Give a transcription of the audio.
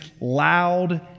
loud